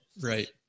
Right